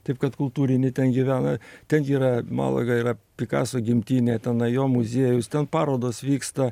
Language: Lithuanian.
taip kad kultūrinį ten gyvena ten gi yra malaga yra pikaso gimtinė tenai jo muziejus ten parodos vyksta